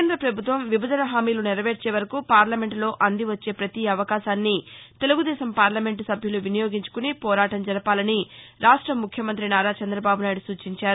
కేంద్ర ప్రభుత్వం విభజన హామీలు నెరవేర్చే వరకు పార్లమెంట్లో అందివచ్చే పతి అవకాశాన్ని తెలుగుదేశం పార్లమెంటు సభ్యులు వినియోగించుకుని పోరాటం జరపాలని ఆంధ్రపదేశ్ ముఖ్యమంతి నారా చంద్రబాబు నాయుడు సూచించారు